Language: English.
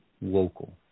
local